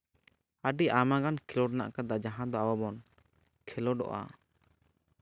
ᱟᱹᱰᱤ ᱟᱭᱢᱟᱜᱟᱱ ᱠᱷᱮᱞᱳᱰ ᱢᱮᱱᱟᱜᱼᱟ ᱡᱟᱦᱟᱸ ᱫᱚ ᱟᱵᱚ ᱵᱚᱱ ᱠᱷᱮᱞᱳᱰᱚᱜᱼᱟ